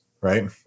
right